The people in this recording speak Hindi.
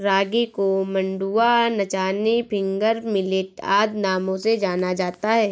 रागी को मंडुआ नाचनी फिंगर मिलेट आदि नामों से जाना जाता है